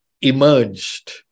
emerged